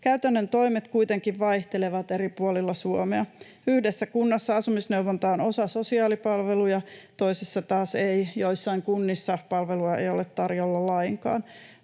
Käytännön toimet kuitenkin vaihtelevat eri puolilla Suomea. Yhdessä kunnassa asumisneuvonta on osa sosiaalipalveluja, toisissa taas ei, joissain kunnissa palvelua ei ole tarjolla lainkaan.